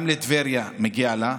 גם לטבריה, מגיע לה,